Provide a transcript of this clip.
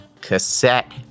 cassette